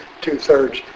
two-thirds